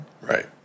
Right